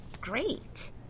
great